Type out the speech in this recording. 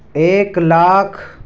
ایک لاکھ